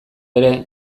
ere